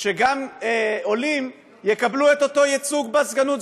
שגם עולים יקבלו אותו ייצוג בסגנות,